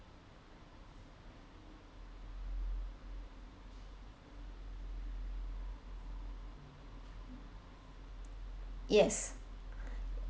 yes